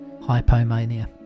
hypomania